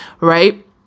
Right